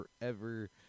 forever